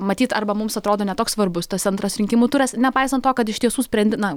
matyt arba mums atrodo ne toks svarbus tas antras rinkimų turas nepaisant to kad iš tiesų sprendi na